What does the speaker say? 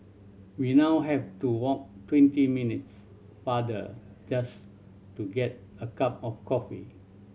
we now have to walk twenty minutes farther just to get a cup of coffee